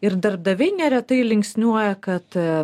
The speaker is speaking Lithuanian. ir darbdaviai neretai linksniuoja kad